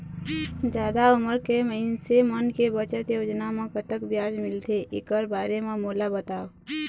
जादा उमर के मइनसे मन के बचत योजना म कतक ब्याज मिलथे एकर बारे म मोला बताव?